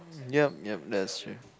yup yup that is true